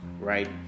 Right